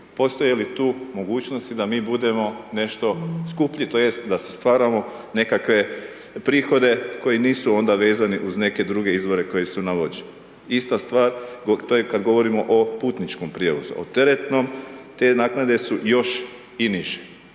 Postoje li tu mogućnosti da mi budemo nešto skuplji, tj. da si stvaramo neke prihode koji nisu onda vezani uz neke druge izvore koji su na .../nerazumljivo/... Ista stvar, to je kad govorimo o putničkom prijevozu, o teretnom, te naknade su još i niže.